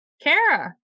Kara